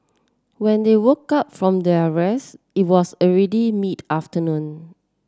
when they woke up from their rest it was already mid afternoon